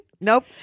Nope